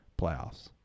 playoffs